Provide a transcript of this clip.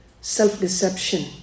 self-deception